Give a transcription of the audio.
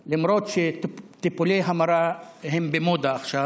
למרות שטיפולי המרה הם במודה עכשיו.